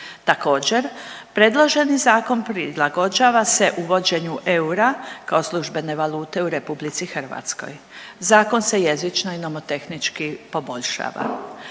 Također predloženi zakon prilagođava se uvođenju eura kao službene valute u Republici Hrvatskoj. Zakon se jezično i nomotehnički poboljšava.